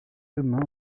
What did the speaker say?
humain